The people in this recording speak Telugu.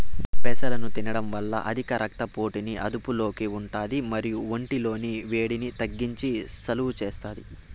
పెసలను తినడం వల్ల అధిక రక్త పోటుని అదుపులో ఉంటాది మరియు ఒంటి లోని వేడిని తగ్గించి సలువ చేస్తాది